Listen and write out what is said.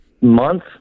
Month